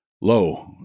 lo